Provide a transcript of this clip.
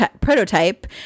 prototype